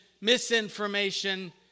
misinformation